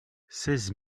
seize